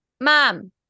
Mom